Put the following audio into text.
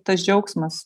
tas džiaugsmas